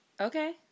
Okay